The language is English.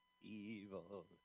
Evil